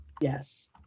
Yes